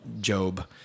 Job